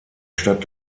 stadt